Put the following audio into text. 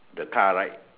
the car right